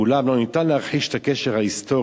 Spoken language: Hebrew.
אולם לא ניתן להכחיש את הקשר ההיסטורי,